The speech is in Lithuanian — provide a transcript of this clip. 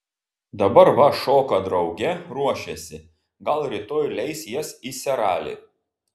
dabar va šoka drauge ruošiasi gal rytoj leis jas į seralį